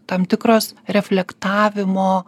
tam tikros reflektavimo